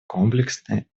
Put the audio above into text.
комплексный